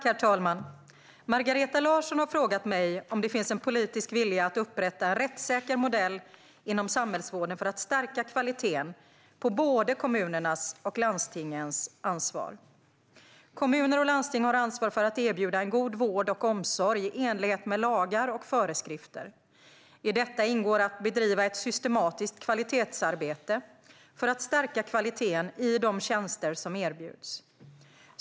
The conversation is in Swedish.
Herr talman! Margareta Larsson har frågat mig om det finns en politisk vilja att upprätta en rättssäker modell inom samhällsvården för att stärka kvaliteten på både kommunernas och landstingens ansvar. Kommuner och landsting har ansvar för att erbjuda en god vård och omsorg i enlighet med lagar och föreskrifter. I detta ingår att bedriva ett systematiskt kvalitetsarbete för att stärka kvaliteten i de tjänster som erbjuds.